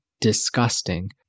disgusting